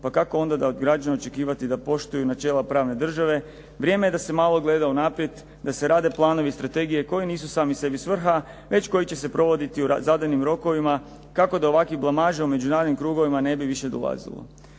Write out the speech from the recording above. pa kako onda od građana očekivati da poštuju načela pravne države. Vrijeme je da se malo gleda unaprijed, da se rade planovi i strategije koji nisu sami sebi svrha već koji će se provoditi u zadanim rokovima kako do ovakvih blamaža u međunarodnim krugovima ne bi više dolazilo.